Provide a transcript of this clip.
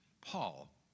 Paul